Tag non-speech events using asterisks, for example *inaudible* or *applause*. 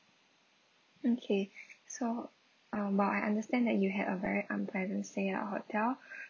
okay so uh but I understand that you had a very unpleasant stay at our hotel *breath*